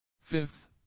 Fifth